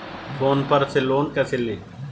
Phone पर से loan कैसे लें?